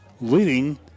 leading